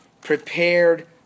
prepared